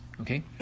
okay